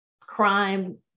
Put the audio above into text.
crime